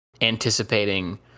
anticipating